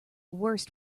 worst